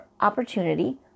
opportunity